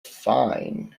fine